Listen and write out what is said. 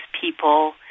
people